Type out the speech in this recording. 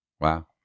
Wow